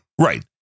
Right